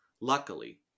Luckily